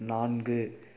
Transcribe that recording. நான்கு